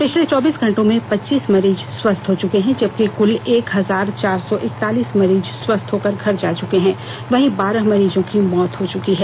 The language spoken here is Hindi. पिछले चौबीस घंटों में पच्चीस मरीज स्वस्थ हो चुके हैं जबकि कुल एक हजार चार सौ एकतालीस मरीज स्वस्थ होकर घर जा चुके हैं वहीं बारह मरीजों की मौत हो चुकी है